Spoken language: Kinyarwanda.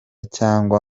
cyangwa